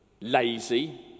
lazy